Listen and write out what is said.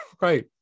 Right